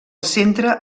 centre